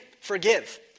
forgive